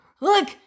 Look